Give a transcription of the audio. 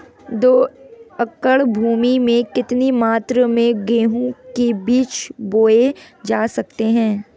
दो एकड़ भूमि में कितनी मात्रा में गेहूँ के बीज बोये जा सकते हैं?